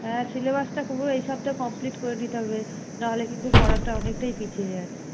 হ্যাঁ সিলেবাসটা পুরো এই সপ্তাহে কমপ্লিট করে দিতে হবে নাহলে কিন্তু পড়াটা অনেকটাই পিছিয়ে যাচ্ছে